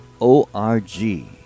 O-R-G